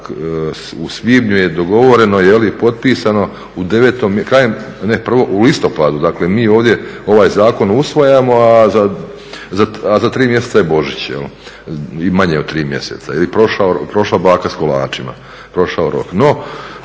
svibnju je dogovoreno i potpisano. U listopadu dakle mi ovdje ovaj zakon usvajamo a za tri mjeseca je Božić i manje od tri mjeseca i prošla baka s kolačima, prošao rok.